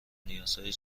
نیازهای